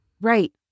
Right